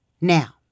Now